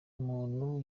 umuntu